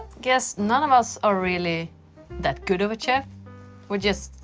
guess none of us are really that good of a chef we just.